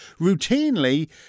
routinely